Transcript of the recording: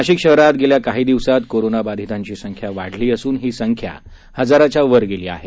नाशिक शहरात गेल्या काही दिवसात कोरोना बधितांची संख्या वाढली असुन ही संख्या हजाराच्या वर गेली आहे